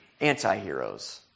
antiheroes